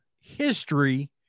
history